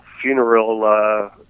funeral